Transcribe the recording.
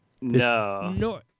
No